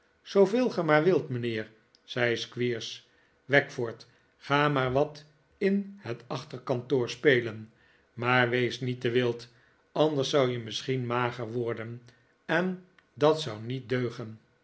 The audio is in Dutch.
zooveel ge maar wilt mijnheer zei squeers wackford ga maar wat in het achterkantoor spelen maar wees niet te wild anders zou je misschien mager worden en dat zou niet deugen